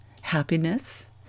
happiness